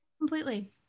completely